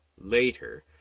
later